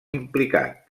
implicat